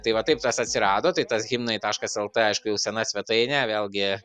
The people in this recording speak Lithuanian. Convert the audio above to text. tai va taip tas atsirado tai tas himnai taškas lt aišku jau sena svetainė vėlgi